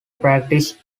practice